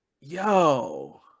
yo